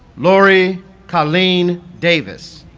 lori collen davis